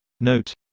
Note